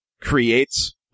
creates